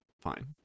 fine